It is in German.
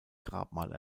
grabmal